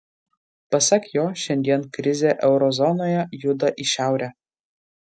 pasak jo šiandien krizė euro zonoje juda į šiaurę